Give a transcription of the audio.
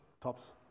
tops